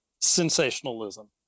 sensationalism